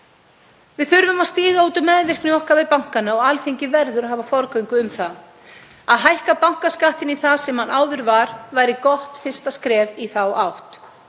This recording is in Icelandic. Við þurfum að stíga út úr meðvirkni okkar við bankana og Alþingi verður að hafa forgöngu um það. Að hækka bankaskattinn í það sem hann áður var væri gott fyrsta skref í þá átt.